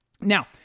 Now